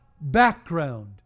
background